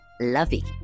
lovey